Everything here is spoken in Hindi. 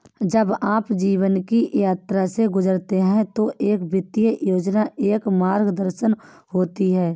जब आप जीवन की यात्रा से गुजरते हैं तो एक वित्तीय योजना एक मार्गदर्शन होती है